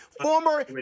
former